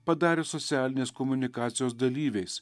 padarė socialinės komunikacijos dalyviais